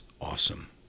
awesome